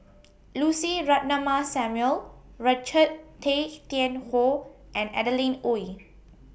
Lucy Ratnammah Samuel Richard Tay Tian Hoe and Adeline Ooi